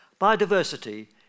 Biodiversity